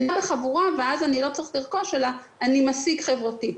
אני בא בחבורה ואז אני לא צריך לרכוש אלא אני משיג חברתי.